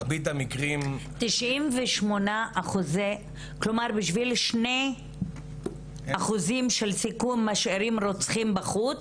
98% כלומר, בשביל 2% משאירים רוצחים בחוץ?